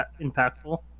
impactful